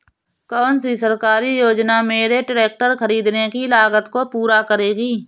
कौन सी सरकारी योजना मेरे ट्रैक्टर ख़रीदने की लागत को पूरा करेगी?